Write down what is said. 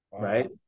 Right